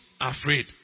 afraid